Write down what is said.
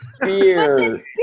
beer